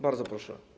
Bardzo proszę.